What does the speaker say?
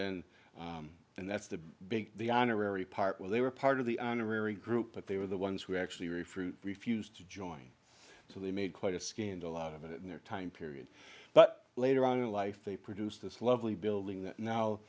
then and that's the big the honorary part where they were part of the honorary group but they were the ones who actually were a fruit refused to join so they made quite a scandal out of it in their time period but later on in life they produced this lovely building